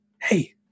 Hey